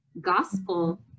gospel